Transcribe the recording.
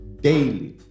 daily